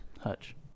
Hutch